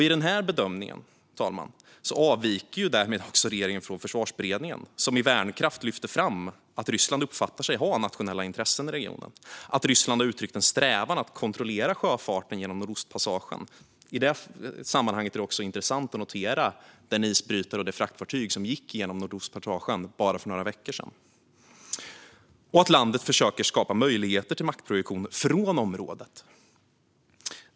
I denna bedömning avviker därmed regeringen också från Försvarsberedningen, som i Värnkraft lyfter fram att Ryssland uppfattar sig ha nationella intressen i regionen, att Ryssland har uttryckt en strävan att kontrollera sjöfarten genom Nordostpassagen - i sammanhanget är det intressant att notera att en isbrytare och ett fraktfartyg gick genom Nordostpassagen för bara några veckor sedan - och att landet försöker skapa möjligheter till maktprojektion från området.